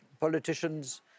politicians